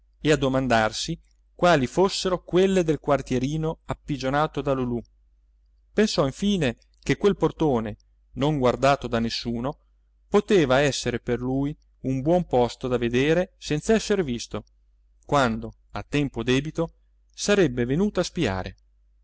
e a domandarsi quali fossero quelle del quartierino appigionato da lulù pensò infine che quel portone non guardato da nessuno poteva essere per lui un buon posto da vedere senz'esser visto quando a tempo debito sarebbe venuto a spiare